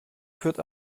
führt